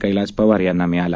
कैलास पवार यांना मिळाला